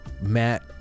Matt